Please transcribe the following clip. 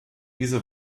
diese